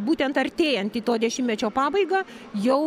būtent artėjant į to dešimtmečio pabaigą jau